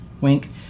Wink